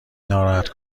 ناراحت